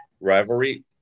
Rivalry